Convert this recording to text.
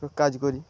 কাজ করি